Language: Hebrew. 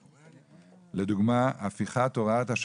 לדוגמה,